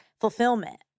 fulfillment